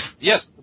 Yes